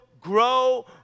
grow